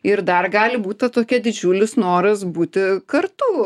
ir dar gali būt ta tokia didžiulis noras būti kartu